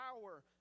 power